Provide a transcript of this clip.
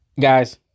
Guys